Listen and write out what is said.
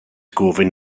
gofyn